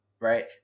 right